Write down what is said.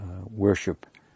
worship